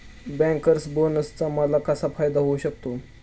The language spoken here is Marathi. बँकर्स बोनसचा मला कसा फायदा होऊ शकतो?